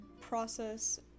process